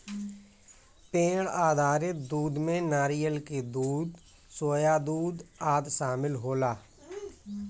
पेड़ आधारित दूध में नारियल के दूध, सोया दूध आदि शामिल होला